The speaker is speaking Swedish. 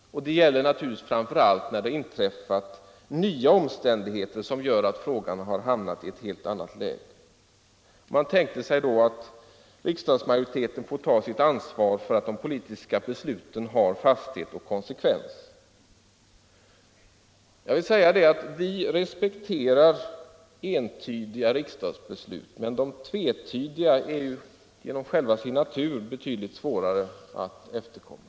Det gäller framför allt när nya omständigheter tillkommit som gör att frågan har hamnat i ett helt annat läge. Man tänkte sig då att riksdagsmajoriteten fick ta sitt ansvar för att de politiska besluten skulle få fasthet och konsekvens. Vi respekterar entydiga riksdagsbeslut, men de tvetydiga är genom sin natur betydligt svårare att efterkomma.